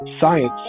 Science